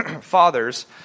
Fathers